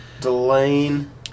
Delane